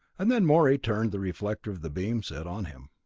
and then morey turned the reflector of the beam set on him.